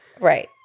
Right